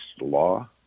law